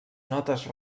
notes